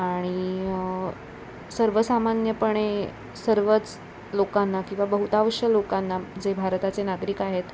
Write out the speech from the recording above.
आणि सर्वसामान्यपणे सर्वच लोकांना किंवा बहुतांश लोकांना जे भारताचे नागरिक आहेत